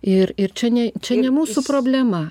ir ir čia ne čia ne mūsų problema